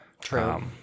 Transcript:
True